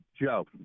Joe